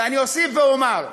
ואני אוסיף ואומר: